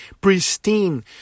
pristine